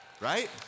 right